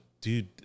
dude